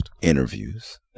Interviews